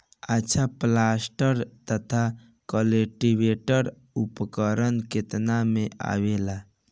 अच्छा प्लांटर तथा क्लटीवेटर उपकरण केतना में आवेला?